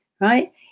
right